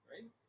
Right